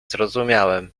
zrozumiałem